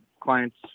clients